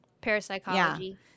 Parapsychology